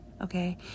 okay